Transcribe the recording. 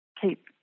keep